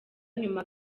nyuma